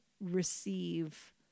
receive